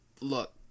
Look